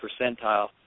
percentile